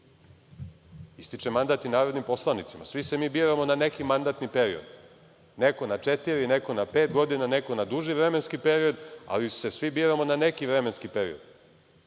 Ističe i mandat narodnim poslanicima. Svi se mi biramo na neki mandatni period, neko na četiri, neko na pet godina, neko na duži vremenski period, ali se svi biramo na neki vremenski period.